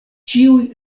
ĉiuj